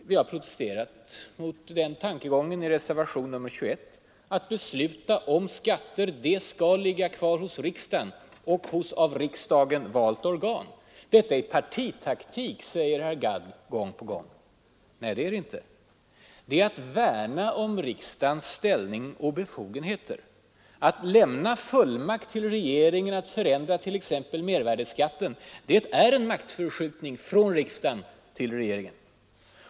Vi har opponerat mot denna tankegång i reservationen 21. Rätten att besluta om skatter skall ligga kvar hos riksdagen och hos av riksdagen valt organ. Detta är ”partitaktik”, säger herr Gadd gång på gång. Nej, det är det inte. Det är att värna om riksdagens ställning och befogenheter. Att lämna fullmakt till regeringen att förändra t.ex. mervärdeskatten är en maktförskjutning från riksdagen till regeringen.